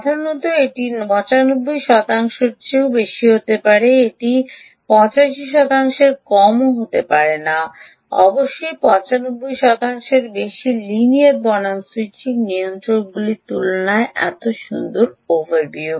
সাধারণত এটি 95 শতাংশের চেয়েও বেশি হতে পারে এটি 85 শতাংশেরও কম হতে পারে না অবশ্যই 95 শতাংশেরও বেশি লিনিয়ার বনাম স্যুইচিং নিয়ন্ত্রকের তুলনায় এত সুন্দর ওভারভিউ